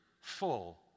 full